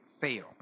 fail